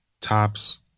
Tops